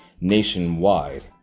nationwide